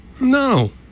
No